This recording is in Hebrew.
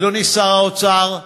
אדוני שר האוצר,